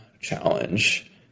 challenge